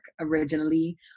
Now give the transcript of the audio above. originally